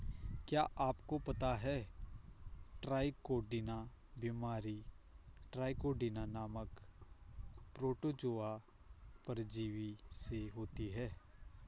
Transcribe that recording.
क्या आपको पता है ट्राइकोडीना बीमारी ट्राइकोडीना नामक प्रोटोजोआ परजीवी से होती है?